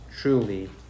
truly